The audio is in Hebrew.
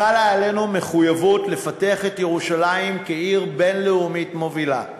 חלה עלינו מחויבות לפתח את ירושלים כעיר בין-לאומית מובילה,